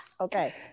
Okay